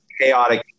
chaotic